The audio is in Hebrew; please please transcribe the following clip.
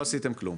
לא עשיתם כלום.